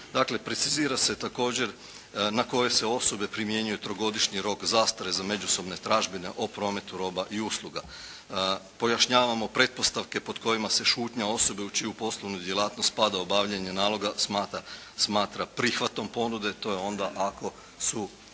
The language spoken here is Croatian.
precizira se također na koje se osobe primjenjuje trogodišnji rok zastare za međusobne tražbine o prometu roba i usluga. Pojašnjavamo pretpostavke pod kojima se šutnja osobe u čiju poslovnu djelatnost spada obavljanje naloga smatra prihvatom ponude. To je onda ako su